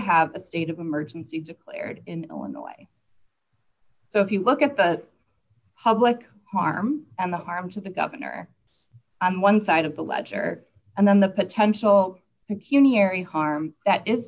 have a state of emergency declared in illinois so if you look at the public harm and the harm to the governor on one side of the ledger and then the potential security hearing harm that is